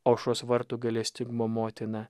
aušros vartų gailestingumo motina